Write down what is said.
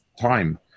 time